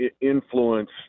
influence